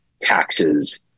taxes